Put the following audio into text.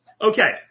Okay